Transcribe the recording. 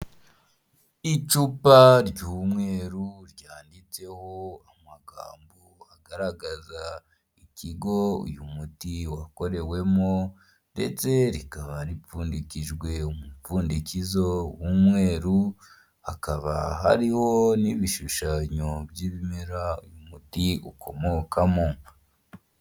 Icupa ry'umweru ryanditseho amagambo agaragaza ikigo uyu muti wakorewemo, ndetse rikaba ripfundikijwe umupfundikizo w' umweru, hakaba hariho n'ibishushanyo by'ibimera uyu muti ukomokamo.